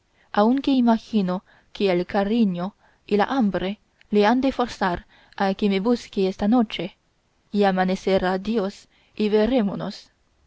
aunque imagino que el cariño y la hambre le han de forzar a que me busque esta noche y amanecerá dios y verémonos